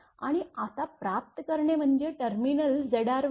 आणि आत प्राप्त करणे म्हणजे टर्मिनल Zrवर